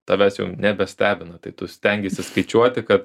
tavęs jau nebestebina tai tu stengiesi skaičiuoti kad